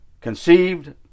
conceived